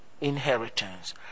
inheritance